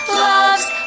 loves